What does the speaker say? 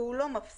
והוא לא מפסיק,